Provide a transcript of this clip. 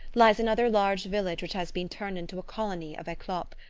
lies another large village which has been turned into a colony of eclopes.